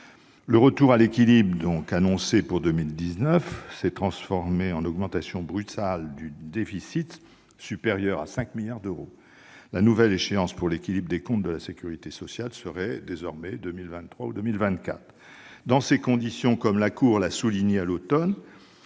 le retour à l'équilibre annoncé pour 2019 s'est transformé en augmentation brutale du déficit, supérieur à 5 milliards d'euros. La nouvelle échéance pour l'équilibre des comptes de la sécurité sociale serait désormais 2023 ou 2024. Dans ces conditions, comme la Cour l'a souligné à l'automne,